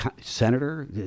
senator